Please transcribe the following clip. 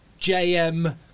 JM